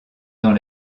dans